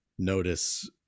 notice